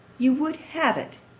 you would have it,